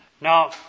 Now